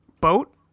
Boat